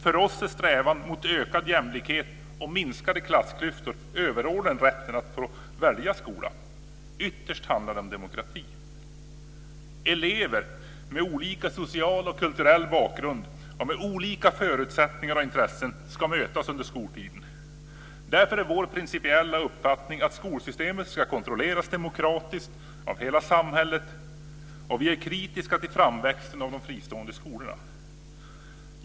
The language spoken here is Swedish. För oss är strävan mot ökad jämlikhet och minskade klassklyftor överordnad rätten att få välja skola. Ytterst handlar det om demokrati. Elever med olika social och kulturell bakgrund och med olika förutsättningar och intressen ska mötas under skoltiden. Därför är vår principiella uppfattning att skolsystemet ska kontrolleras demokratiskt av hela samhället, och vi är kritiska till framväxten av de fristående skolorna.